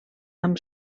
amb